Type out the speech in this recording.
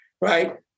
right